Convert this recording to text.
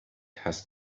has